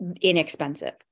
inexpensive